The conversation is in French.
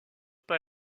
pas